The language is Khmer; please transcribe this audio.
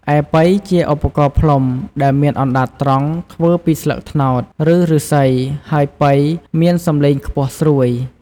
ឯប៉ី ជាឧបករណ៍ផ្លុំដែលមានអណ្តាតត្រង់ ធ្វើពីស្លឹកត្នោត ឬឫស្សី ហើយប៉ីមានសំឡេងខ្ពស់ស្រួយ។